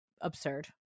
absurd